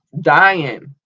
dying